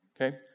okay